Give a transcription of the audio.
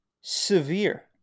Severe